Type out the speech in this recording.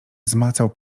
zmacał